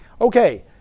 Okay